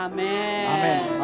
Amen